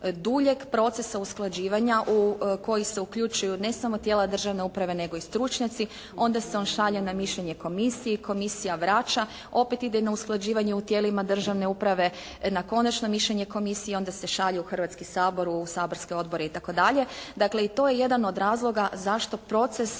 duljeg procesa usklađivanja u koji se uključuju ne samo tijela državne uprave nego i stručnjaci. Onda se on šalje na mišljenje komisiji. Komisija vraća, opet ide na usklađivanje u tijelima državne uprave na konačno mišljenje komisiji i onda se šalju u Hrvatski sabor u saborske odbore i tako dalje. Dakle i to je jedan od razloga zašto proces